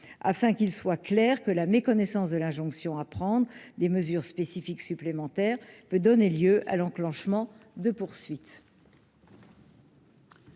afin qu'il soit clair que la méconnaissance de l'injonction à prendre des mesures spécifiques supplémentaires peut donner lieu à l'enclenchement de poursuites.